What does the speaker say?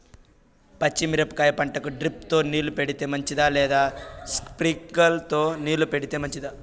పచ్చి మిరపకాయ పంటకు డ్రిప్ తో నీళ్లు పెడితే మంచిదా లేదా స్ప్రింక్లర్లు తో నీళ్లు పెడితే మంచిదా?